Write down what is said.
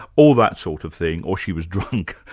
all that sort of thing, or she was drunk,